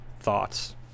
Thoughts